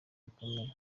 bikomeye